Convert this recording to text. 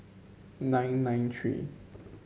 nine nine three